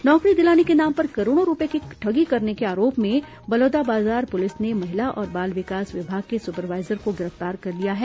नौकरी दिलाने के नाम पर करोड़ों रूपये की ठगी करने के आरोप में बलौदाबाजार पुलिस ने महिला और बाल विकास विभाग की सुपरवाइजर को गिरफ्तार कर लिया है